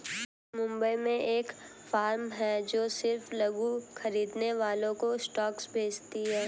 मुंबई में एक फार्म है जो सिर्फ लघु खरीदने वालों को स्टॉक्स बेचती है